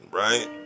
right